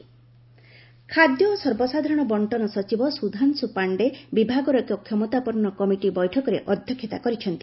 PDS reform ଖାଦ୍ୟ ଓ ସର୍ବସାଧାରଣ ବର୍ଷନ ସଚିବ ସୁଧାଂଶୁ ପାଣ୍ଡେ ବିଭାଗର ଏକ କ୍ଷମତାପନ୍ନ କମିଟିବୈଠକରେ ଅଧ୍ୟକ୍ଷତା କରିଛନ୍ତି